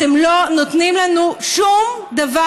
אתם לא נותנים לנו שום דבר.